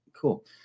Cool